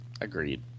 Agreed